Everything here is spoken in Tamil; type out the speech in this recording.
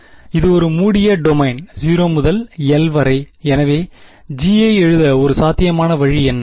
இது ஒரு மூடிய டொமைன் 0 முதல் 1 வரை எனவே இந்த G ஐ எழுத ஒரு சாத்தியமான வழி என்ன